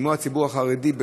כמו הציבור החרדי,